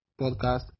podcast